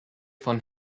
von